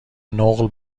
نقل